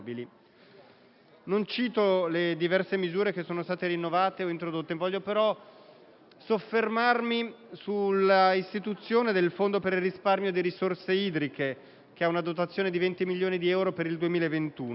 Non cito le diverse misure che sono state rinnovate o introdotte, ma mi soffermo sull'istituzione del Fondo per il risparmio di risorse idriche, che ha una dotazione di 20 milioni di euro per il 2021.